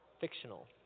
fictional